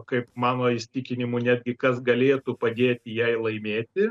kaip mano įsitikinimu netgi kas galėtų padėti jai laimėti